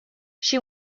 she